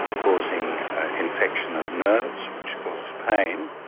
causing infection of nerves, which causes pain,